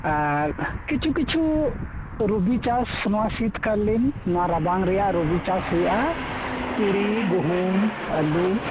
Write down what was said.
ᱟᱨ ᱠᱤᱪᱷᱩ ᱠᱤᱪᱷᱩ ᱨᱩᱵᱤ ᱪᱟᱥ ᱱᱚᱶᱟ ᱥᱤᱛ ᱠᱟᱞᱤᱱ ᱱᱚᱶᱟ ᱨᱟᱵᱟᱝ ᱨᱮᱭᱟᱜ ᱨᱩᱵᱤ ᱪᱟᱥ ᱦᱩᱭᱩᱜᱼᱟ ᱛᱩᱲᱤ ᱜᱩᱦᱩᱢ ᱟ ᱞᱩ